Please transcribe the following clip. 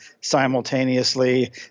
simultaneously